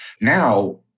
now